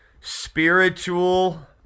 spiritual